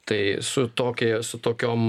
tai su tokia su tokiom